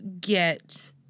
get